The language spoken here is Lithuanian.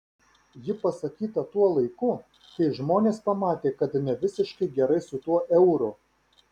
ji pasakyta tuo laiku kai žmonės pamatė kad ne visiškai gerai su tuo euru